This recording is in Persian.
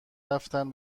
رفتن